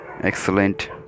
excellent